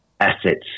assets